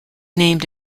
named